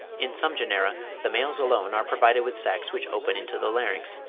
in some genera the males alone are provided with sacs which open into the larynx.